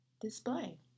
display